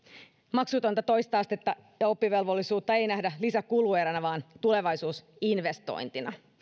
maksutonta toista astetta ja oppivelvollisuutta ei nähdä lisäkulueränä vaan tulevaisuusinvestointina